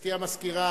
גברתי המזכירה